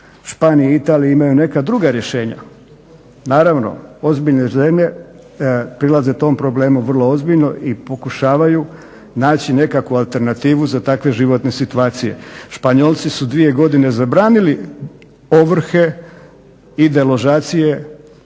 Španije i Italije imaju neka druga rješenja. Naravno ozbiljne zemlje prilaze tom problemu vrlo ozbiljno i pokušavaju naći nekakvu alternativu za takve životne situacije. Španjolci su dvije godine zabranili ovrhe i deložacije